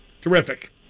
Terrific